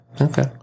Okay